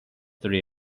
three